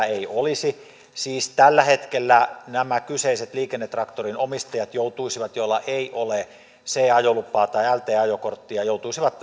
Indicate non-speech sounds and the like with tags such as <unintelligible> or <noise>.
<unintelligible> ei olisi tällä hetkellä nämä kyseiset liikennetraktorin omistajat joilla ei ole c ajolupaa tai lt ajokorttia joutuisivat <unintelligible>